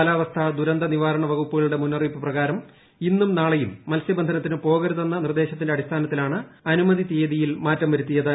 കാലാവസ്ഥ ദുരന്ത നിവാരണ വകുപ്പുകളുടെ മുന്നറിയിപ്പ് പ്രകാരം ഇന്നും നാളെയും മത്സ്യബന്ധനത്തിന് പോകരുതെന്ന നിർദ്ദേശത്തിന്റെ അടിസ്ഥാനത്തിലാണ് അനുമതി തീയതിയിൽ മാറ്റം വരുത്തിയത്